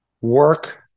work